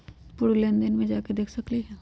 पूर्व लेन देन में जाके देखसकली ह?